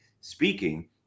speaking